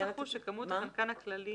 כמות החנקן הכללי